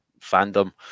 fandom